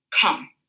Come